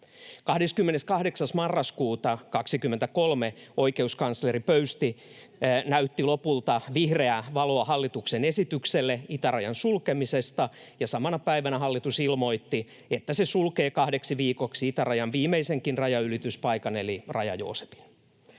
28. marraskuuta 2023 oikeuskansleri Pöysti näytti lopulta vihreää valoa hallituksen esitykselle itärajan sulkemisesta, ja samana päivänä hallitus ilmoitti, että se sulkee kahdeksi viikoksi itärajan viimeisenkin rajanylityspaikan eli Raja-Joosepin.